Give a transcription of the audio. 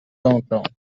countdown